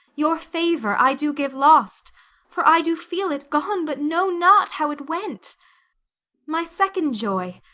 your favour, i do give lost for i do feel it gone, but know not how it went my second joy,